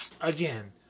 again